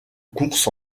courses